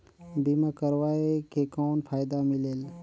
बीमा करवाय के कौन फाइदा मिलेल?